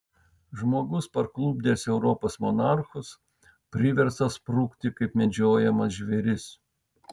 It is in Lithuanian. žmogus parklupdęs europos monarchus priverstas sprukti kaip medžiojamas žvėris